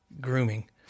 grooming